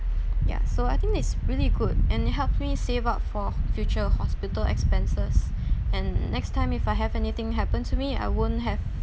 ya so I think it's really good and it helps me to save up for future hospital expenses and next time if I have anything happen to me I won't have